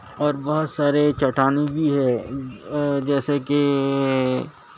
اور بہت سارے چٹانیں بھی ہے جیسے کہ